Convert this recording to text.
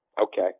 Okay